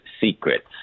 secrets